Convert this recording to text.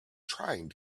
trying